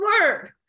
word